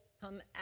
come